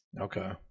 Okay